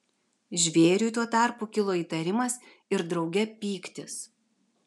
žvėriui tuo tarpu kilo įtarimas ir drauge pyktis